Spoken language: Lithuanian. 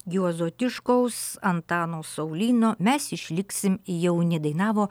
juozo tiškaus antano saulyno mes išliksim jauni dainavo